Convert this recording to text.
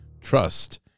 Trust